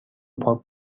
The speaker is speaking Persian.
پاک